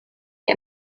die